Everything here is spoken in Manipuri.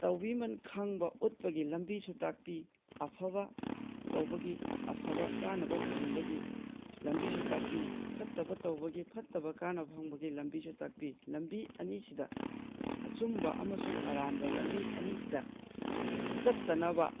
ꯇꯧꯕꯤꯃꯜ ꯈꯪꯕ ꯎꯠꯄꯒꯤ ꯂꯝꯕꯤꯁꯨ ꯇꯥꯛꯄꯤ ꯑꯐꯕ ꯇꯧꯕꯒꯤ ꯑꯐꯕ ꯀꯥꯟꯅꯕ ꯐꯪꯕꯒꯤ ꯂꯝꯕꯤꯁꯨ ꯇꯥꯛꯄꯤ ꯐꯠꯇꯕ ꯇꯧꯕꯒꯤ ꯐꯠꯇꯕ ꯀꯥꯟꯅꯕ ꯐꯪꯕꯒꯤ ꯂꯝꯕꯤꯁꯨ ꯇꯥꯛꯄꯤ ꯂꯝꯕꯤ ꯑꯅꯤꯁꯤꯗ ꯑꯆꯨꯝꯕ ꯑꯃꯁꯨꯡ ꯑꯔꯥꯟꯕ ꯂꯝꯕꯤ ꯑꯅꯤꯁꯤꯗ ꯆꯠꯇꯅꯕ